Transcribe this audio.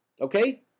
Okay